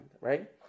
right